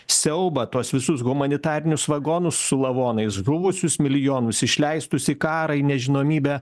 siaubą tuos visus humanitarinius vagonus su lavonais žuvusius milijonus išleistus į karą į nežinomybę